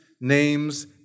names